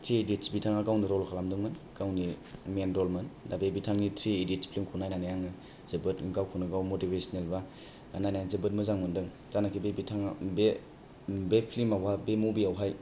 three idiots बिथाङा गावनो रल खालामदोंमोन गावनो मेन रलमोन दा बे बिथांनि थ्री इदिइतस फ्लिमखौ नायनानै आङो जोबोद गावखौनो गाव मतिबिसिनेल एबा नायनानै जोबोद मोजां मोनदों जानाखि बे बिथाङा बे बे फ्लिम आवहाय बे मबियावहाय